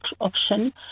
option